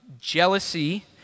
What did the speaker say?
jealousy